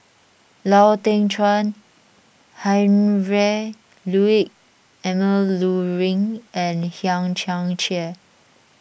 Lau Teng Chuan Heinrich Ludwig Emil Luering and Hang Chang Chieh